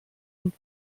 und